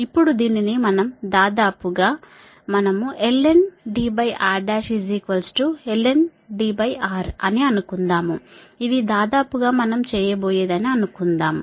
ఇప్పుడు దీనిని మనం దాదాపు గా మనం lnDrlnDrఅని అనుకుందాము ఇది దాదాపు గా మనము చేయబోయేది అని అనుకుందాము